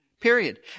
period